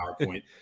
PowerPoint